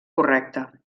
correcta